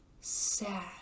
sad